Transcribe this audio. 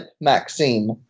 Maxime